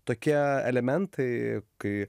tokie elementai kai